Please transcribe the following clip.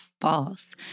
false